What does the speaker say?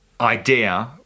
idea